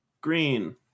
green